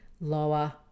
lower